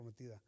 prometida